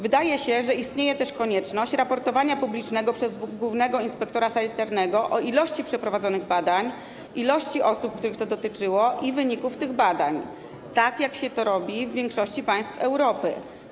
Wydaje się, że istnieje też konieczność publicznego raportowania przez głównego inspektora sanitarnego o ilości przeprowadzonych badań, liczbie osób, których to dotyczyło, i wynikach tych badań, tak jak się to robi w większości państw Europy.